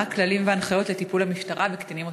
מה הם הכללים וההנחיות לטיפול המשטרה בקטינים אוטיסטים?